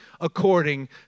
according